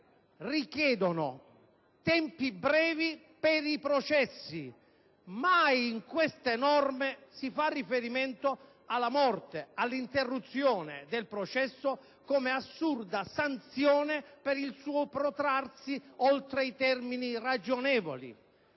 richiedono tempi brevi per i processi: mai, in queste norme, si fa riferimento alla morte, all'interruzione del processo come assurda sanzione per il suo protrarsi oltre i termini ragionevoli.